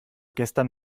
gestern